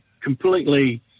completely